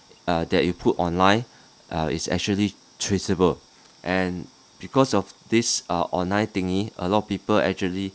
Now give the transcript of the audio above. uh that you put online uh is actually traceable and because of this uh online thingy a lot people actually